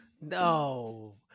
No